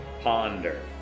Ponder